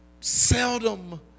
seldom